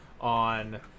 on